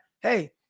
hey